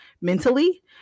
mentally